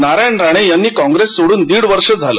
नारायण राणे यांनी काँप्रेस सोडून दीड वर्ष झाले